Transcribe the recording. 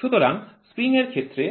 সুতরাং স্প্রিং এর ক্ষেত্রে